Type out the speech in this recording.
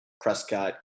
Prescott